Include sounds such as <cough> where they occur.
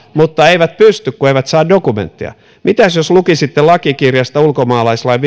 mutta eivät pysty kun eivät saa dokumentteja mitäs jos lukisitte lakikirjasta ulkomaalaislain <unintelligible>